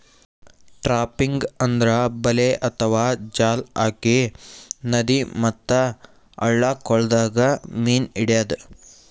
trapping ಅಂದ್ರ ಬಲೆ ಅಥವಾ ಜಾಲ್ ಹಾಕಿ ನದಿ ಮತ್ತ್ ಹಳ್ಳ ಕೊಳ್ಳದಾಗ್ ಮೀನ್ ಹಿಡ್ಯದ್